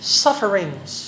sufferings